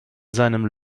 seinem